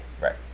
Right